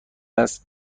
است